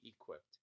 equipped